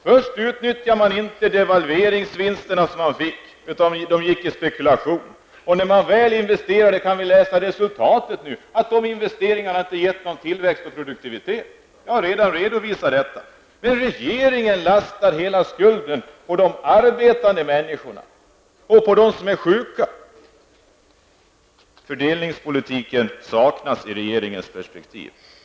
Först utnyttjar man inte devalveringsvinsterna, som nu i stället gick till spekulation. När man väl investerar -- vi kan nu läsa resultatet -- ger investeringarna inte någon tillväxt eller ökad produktivitet. Det har jag redovisat tidigare. Regeringen lastar hela skulden på de arbetande människorna, på dem som är sjuka. Fördelningspolitiken saknas i regeringens perspektiv.